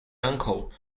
uncle